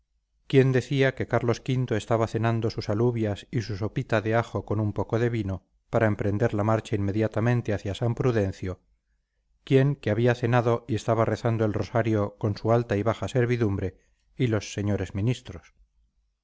quién decía que carlos v estaba cenando sus alubias y su sopita de ajo con un poco de vino para emprender la marcha inmediatamente hacia san prudencio quién que había cenado y estaba rezando el rosario con su alta y baja servidumbre y los señores ministros